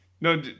no